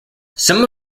some